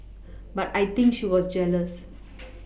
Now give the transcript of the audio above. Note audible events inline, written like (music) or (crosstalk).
but I think she was jealous (noise)